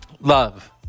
love